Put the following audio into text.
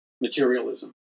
materialism